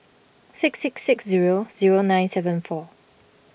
six six six zero zero nine seven four